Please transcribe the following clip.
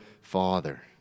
father